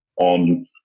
on